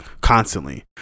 constantly